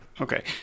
Okay